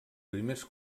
primers